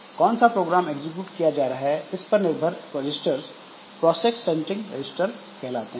कौन सा program execute किया जा रहा है इस पर निर्भर रजिस्टर्स प्रोसेस सेंट्रिक रजिस्टर कहलाते हैं